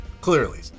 Clearly